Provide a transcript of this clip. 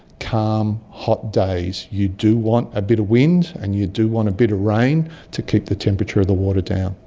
calm, hot days, you do want a bit of wind and you do want a bit of rain to keep the temperature of the water down.